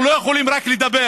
אנחנו לא יכולים רק לדבר,